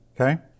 Okay